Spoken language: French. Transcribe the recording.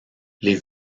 les